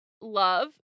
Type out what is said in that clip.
love